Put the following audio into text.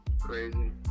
Crazy